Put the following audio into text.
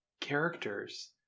characters